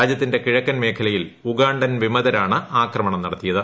രാജ്യത്തിന്റെ കിഴക്കൻ മേഖലയിൽ ഉഗാണ്ടൻ വിമതരാണ് ആക്രമണം നടത്തിയത്